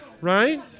right